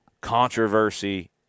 controversy